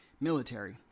military